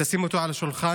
ותשים אותו על השולחן,